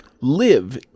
live